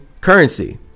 currency